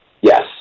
Yes